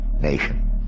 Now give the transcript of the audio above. nation